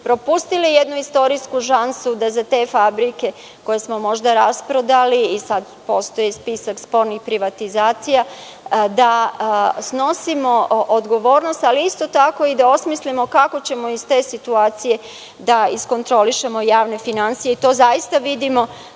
propustile jednu istorijsku šansu, da za te fabrike koje smo možda rasprodali i sada postoji spisak spornih privatizacija, da snosimo odgovornost, ali isto tako i da osmislimo kako ćemo iz te situacije da iskontrolišemo javne finansije i to zaista vidimo